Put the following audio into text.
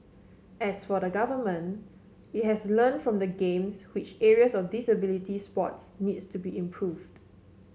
as for the Government it has learn from the Games which areas of disability sports needs to be improved